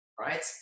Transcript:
right